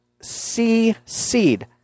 C-Seed